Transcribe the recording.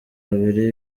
babiri